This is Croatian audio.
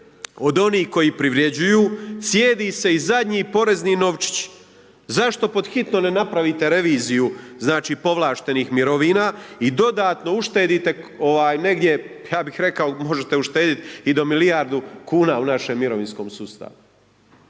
od onih kojih privređuju, cijedi se i zadnji porezni novčić, zašto pod hitno ne napravite reviziju povlaštenih mirovina i dodatno uštedite negdje, ja bih rekao, možete uštedjeti i do milijardu kuna u našem mirovinskom sustavu.